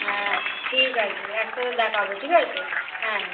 হ্যাঁ ঠিক আছে একসাথে দেখা হবে ঠিক আছে তো হ্যাঁ হ্যাঁ